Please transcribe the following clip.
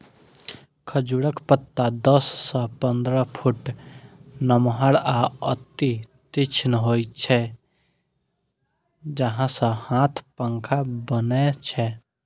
खजूरक पत्ता दस सं पंद्रह फुट नमहर आ अति तीक्ष्ण होइ छै, जाहि सं हाथ पंखा बनै छै